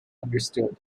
understood